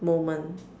moment